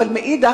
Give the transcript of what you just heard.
אבל מאידך,